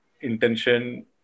intention